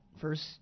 first